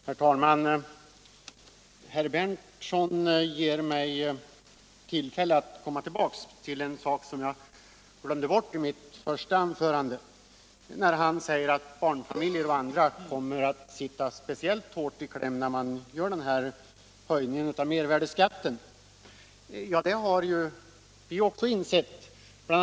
Herr talman! Herr Berndtson ger mig tillfälle att komma tillbaka till en sak, som jag glömde bort i mitt första anförande, när han säger att barnfamiljer och andra kommer att sitta speciellt hårt i kläm vid denna höjning av mervärdeskatten. Det har också vi insett. Bl.